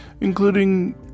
including